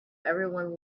everyone